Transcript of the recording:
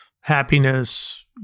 happiness